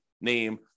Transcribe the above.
name